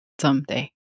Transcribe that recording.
someday